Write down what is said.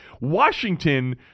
Washington